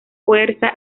fuerza